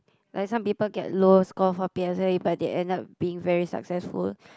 like some people get low score for P_S_L_E but they end up being very successful